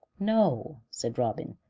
no, said robin,